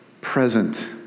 present